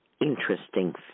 interesting